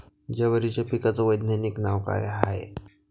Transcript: जवारीच्या पिकाचं वैधानिक नाव का हाये?